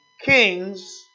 kings